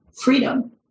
freedom